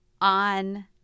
on